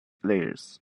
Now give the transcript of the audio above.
layers